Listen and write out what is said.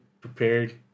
prepared